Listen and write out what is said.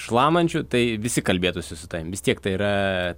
šlamančių tai visi kalbėtųsi su tavim vis tiek tai yra